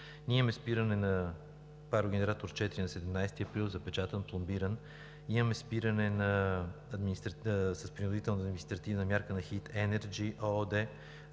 Ние имаме спиране на парогенератор № 4 на 17 април – запечатан, пломбиран. Имаме спиране с принудителна административна мярка на „Хийт Енерджи“ ЕООД,